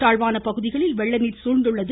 தாழ்வான பகுதிகளில் வெள்ள நீர் சூழ்ந்துள்ளது